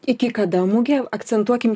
iki kada mugę akcentuokim